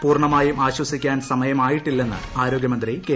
പൂർണമായും ആശ്വസിക്കാൻ സമയമായിട്ടില്ലെന്ന് ആരോഗ്യമന്ത്രി കെ